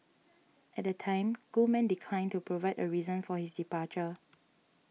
at the time Goldman declined to provide a reason for his departure